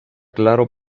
claro